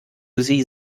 sie